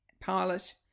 pilot